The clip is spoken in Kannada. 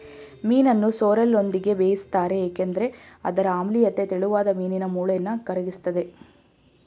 ಮೀನನ್ನು ಸೋರ್ರೆಲ್ನೊಂದಿಗೆ ಬೇಯಿಸ್ತಾರೆ ಏಕೆಂದ್ರೆ ಅದರ ಆಮ್ಲೀಯತೆ ತೆಳುವಾದ ಮೀನಿನ ಮೂಳೆನ ಕರಗಿಸ್ತದೆ